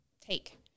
take